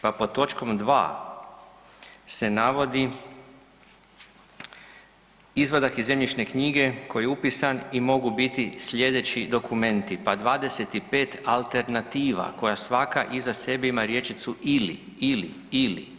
Pa pod točkom dva se navodi izvadak iz zemljišne knjige koji je upisan i mogu biti sljedeći dokumenti, pa 25 alternativa koja svaka iza sebe ima rječicu ili-ili-ili.